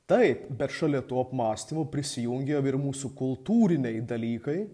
taip bet šalia tų apmąstymų prisijungia ir mūsų kultūriniai dalykai